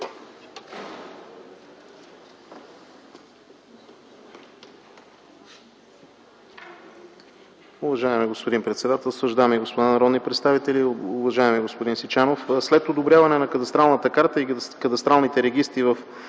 Уважаеми господин председателстващ, дами и господа народни представители! Уважаеми господин Сичанов, след одобряване на кадастралната карта и кадастралните регистри в